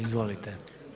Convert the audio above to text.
Izvolite.